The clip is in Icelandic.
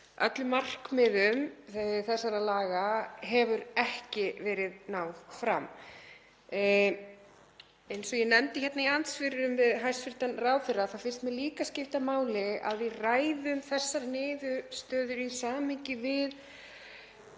öllum markmiðum þessara laga hefur ekki verið náð fram. Eins og ég nefndi í andsvörum við hæstv. ráðherra finnst mér líka skipta máli að við ræðum þessar niðurstöður í samhengi við